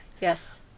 Yes